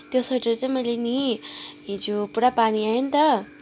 त्यो स्वेटर चाहिँ मैले नि हिजो पुरा पानी आयो नि त